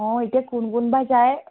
অঁ এতিয়া কোন কোন বা যায়